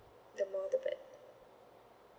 the more the better